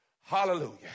Hallelujah